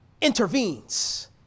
intervenes